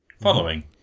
Following